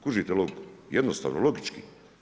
Kužite logiku, jednostavno logički.